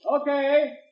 Okay